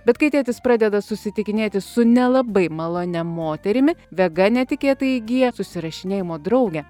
bet kai tėtis pradeda susitikinėti su nelabai malonia moterimi vega netikėtai įgyja susirašinėjimo draugę